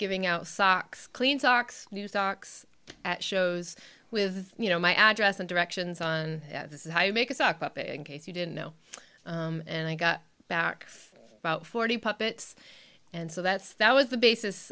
giving out socks clean socks new socks at shows with you know my address and directions on how you make a sock puppet in case you didn't know and i got back about forty puppets and so that's that was the basis